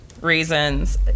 reasons